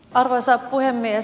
arvoisa puhemies